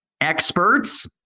experts